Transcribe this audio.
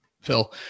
Phil